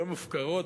ומופקרות,